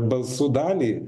balsų dalį